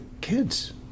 kids